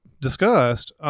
discussed